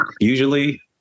usually